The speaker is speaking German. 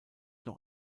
noch